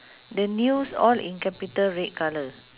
the news all in capital red colour